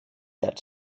that